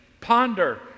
ponder